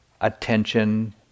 attention